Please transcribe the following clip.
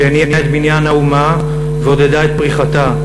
שהניעה את בניין האומה ועודדה את פריחתה,